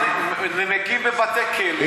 נמקים בבתי-כלא,